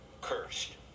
cursed